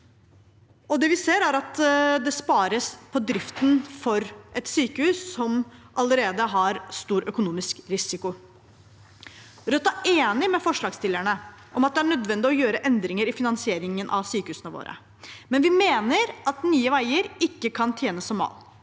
Det vi ser, er at det spares på driften, ved et sykehus som allerede har stor økonomisk risiko. Rødt er enig med forslagsstillerne om at det er nødvendig å gjøre endringer i finansieringen av sykehusene våre, men vi mener at Nye veier ikke kan tjene som mal.